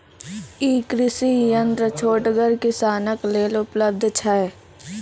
ई कृषि यंत्र छोटगर किसानक लेल उपलव्ध छै?